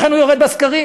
לכן הוא יורד בסקרים,